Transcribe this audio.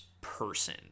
person